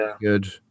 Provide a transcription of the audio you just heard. good